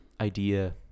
idea